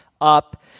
up